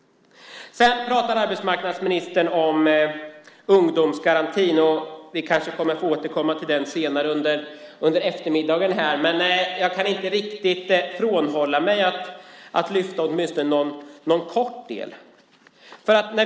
Arbetsmarknadsministern pratade om ungdomsgarantin. Vi kanske återkommer till den senare under eftermiddagen. Jag kan inte låta bli att lyfta upp en liten del.